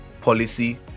policy